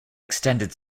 extended